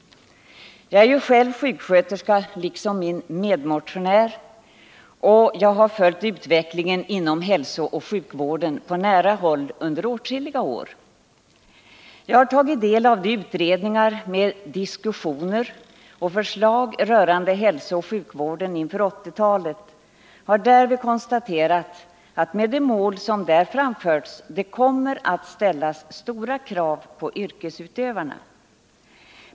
Jag är själv liksom min medmotionär sjuksköterska, och jag har följt utvecklingen inom hälsooch sjukvården på nära håll under åtskilliga år. Jag har tagit del av utredningarna med diskussioner och förslag rörande hälsooch sjukvården inför 1980-talet. Därvid har jag konstaterat att de mål som där anges kommer att ställa stora krav på yrkesutövarna.